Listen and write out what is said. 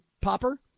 Popper